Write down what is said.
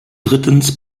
drittens